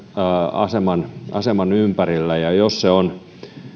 aseman aseman ympärillä jos se on